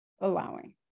allowing